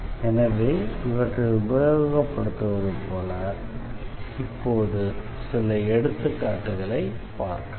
எனவே இவற்றை உபயோகப்படுத்துவது போல இப்போது சில எடுத்துக்காட்டுகளைப் பார்ப்போம்